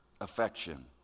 affection